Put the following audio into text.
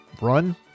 run